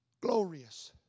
glorious